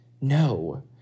No